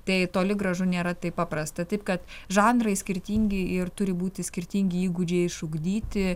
tai toli gražu nėra taip paprasta taip kad žanrai skirtingi ir turi būti skirtingi įgūdžiai išugdyti